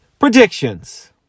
Predictions